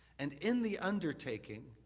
and in the undertaking,